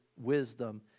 wisdom